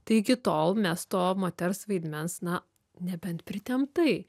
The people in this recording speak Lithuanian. tai iki tol mes to moters vaidmens na nebent pritemptai